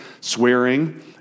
swearing